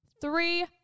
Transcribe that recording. Three